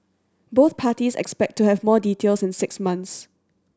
both parties expect to have more details in six months